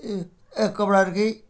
ए ए कपडाहरूकै